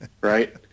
Right